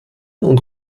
und